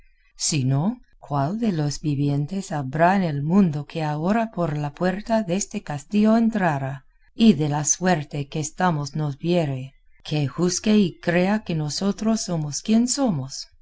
si no cuál de los vivientes habrá en el mundo que ahora por la puerta deste castillo entrara y de la suerte que estamos nos viere que juzgue y crea que nosotros somos quien somos